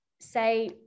say